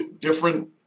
different